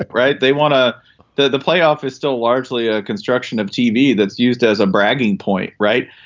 like right. they want to the the playoff is still largely a construction of tv that's used as a bragging point right.